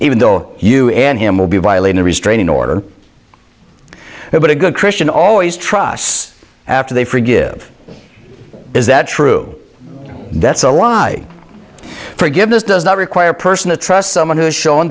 even though you and him will be violating a restraining order but a good christian always trusts after they forgive is that true that's a lie forgiveness does not require a person to trust someone who has shown